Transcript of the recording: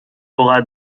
aura